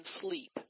sleep